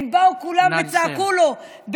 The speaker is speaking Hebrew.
הם באו כולם וצעקו לו, נא לסיים.